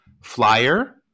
Flyer